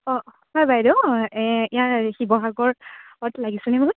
অঁ হয় বাইদেউ এই ইয়াৰ শিৱসাগৰত লাগিছেনে বাৰু